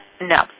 No